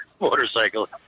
motorcycle